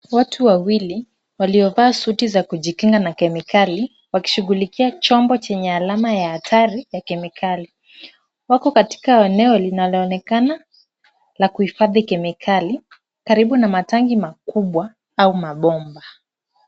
Watu wawili waliovaa suti za kujikinga na kemikali, wakishughulikia chombo chenye alama ya hatari ya kemikali. Wako katika eneo linaloonekana la kuhifadhi kemikali, karibu na matank makubwa au mabomba.